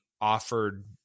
offered